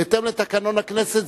בהתאם לתקנון הכנסת,